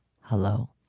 Hello